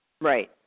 Right